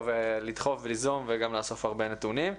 ולדחוף וליזום וגם לאסוף הרבה נתונים.